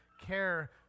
care